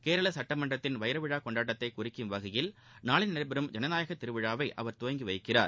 கேரள சட்டமன்றத்தின் வைரவிழா கொண்டாட்டத்தை குறிக்கும் வகையில் நாளை நடைபெறும் ஜனநாயக திருவிழாவை அவர் துவங்கிவைக்கிறார்